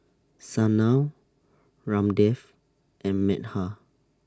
Sanal Ramdev and Medha